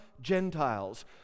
Gentiles